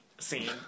Scene